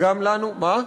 מה?